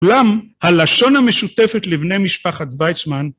כולם הלשון המשותפת לבני משפחת ויצמן.